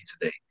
today